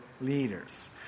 leaders